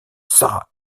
sara